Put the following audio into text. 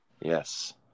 Yes